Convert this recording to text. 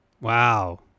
Wow